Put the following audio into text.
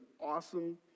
awesome